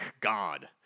god